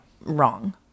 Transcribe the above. wrong